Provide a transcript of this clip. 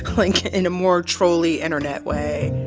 like like in a more troll-y internet way.